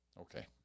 Okay